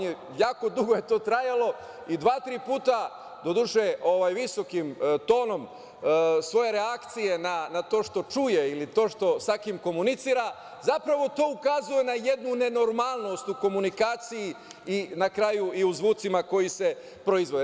Jako dugo je to trajalo i dva-tri puta, do duše visokim tonom, svoje reakcije na to što čuje ili sa kim komunicira, zapravo to ukazuje na jednu nenormalnost u komunikaciji i na kraju i u zvucima koji se proizvode.